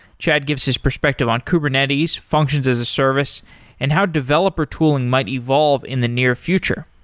chad gives his perspective on kubernetes, functions as a service and how developer tooling might evolve in the near future.